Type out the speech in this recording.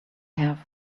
have